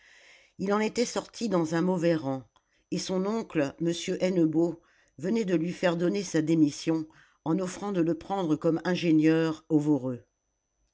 il en était sorti dans un mauvais rang et son oncle m hennebeau venait de lui faire donner sa démission en offrant de le prendre comme ingénieur